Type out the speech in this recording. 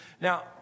Now